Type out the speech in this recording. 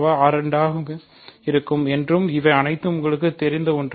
வ 2 ஆக இருக்கும் என்றும் இவை அனைத்தும் உங்களுக்குத் தெரிந்த ஒன்று